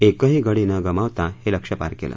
एकही गडी न गमावता हे लक्ष्य पार केलं